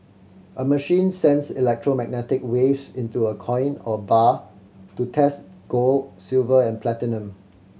a machine sends electromagnetic waves into a coin or bar to test gold silver and platinum